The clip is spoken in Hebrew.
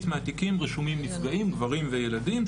מהתיקים רשומים נפגעים גברים וילדים,